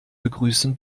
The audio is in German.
begrüßen